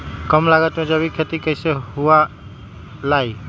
कम लागत में जैविक खेती कैसे हुआ लाई?